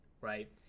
right